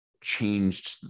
changed